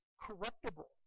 corruptible